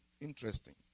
interesting